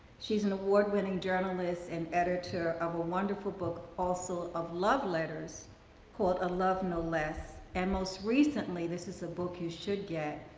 she's an award winning journalist and editor of a wonderful book, also of love letters called, a love no less. and most recently, this is a book you should get,